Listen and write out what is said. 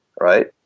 right